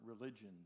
religions